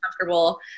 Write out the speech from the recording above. comfortable